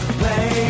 play